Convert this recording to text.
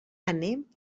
anem